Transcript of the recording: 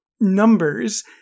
numbers